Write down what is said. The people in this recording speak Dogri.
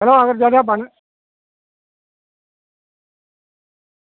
चलो अगर जेह्का बनन